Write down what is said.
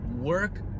work